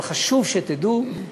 אבל חשוב שתדעו,